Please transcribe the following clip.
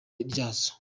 ryazo